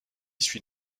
suit